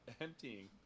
Emptying